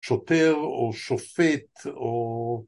‫שוטר או שופט או...